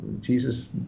jesus